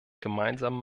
gemeinsamen